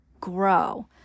grow